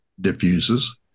diffuses